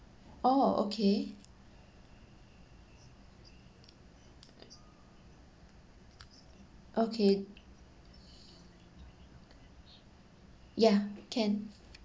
oh okay okay yeah can